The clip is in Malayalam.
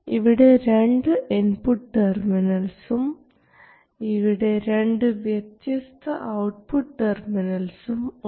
ഇവിടെ രണ്ട് ഇൻപുട്ട് ടെർമിനൽസും ഇവിടെ രണ്ട് വ്യത്യസ്ത ഔട്ട്പുട്ട് ടെർമിനൽസും ഉണ്ട്